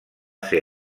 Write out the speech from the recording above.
ser